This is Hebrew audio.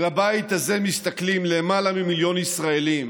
אל הבית הזה מסתכלים למעלה ממיליון ישראלים